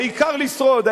העיקר לשרוד,